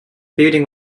building